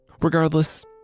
Regardless